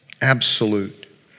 Absolute